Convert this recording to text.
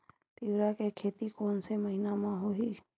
तीवरा के खेती कोन से महिना म होही?